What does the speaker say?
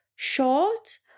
Short